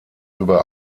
über